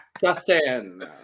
justin